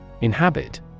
Inhabit